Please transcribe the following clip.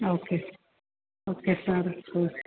okay സ് okay sir O